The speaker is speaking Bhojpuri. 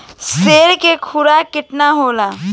साढ़ के खुराक केतना होला?